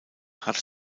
hatte